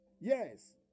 Yes